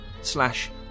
slash